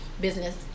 business